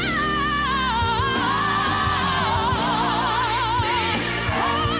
are